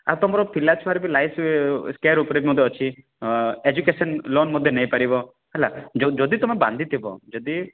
ଆଉ ତୁମର ପିଲାଛୁଆର ବି ଲାଇଫ୍ କେୟାର୍ ଉପରେ ମଧ୍ୟ ଅଛି ଏଜୁକେସନ୍ ଲୋନ୍ ମଧ୍ୟ ନେଇ ପାରିବ ହେଲା ଯଦି ତୁମେ ବାନ୍ଧି ଥିବ ଯଦି